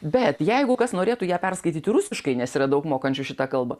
bet jeigu kas norėtų ją perskaityti rusiškai nes yra daug mokančių šita kalba